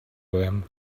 them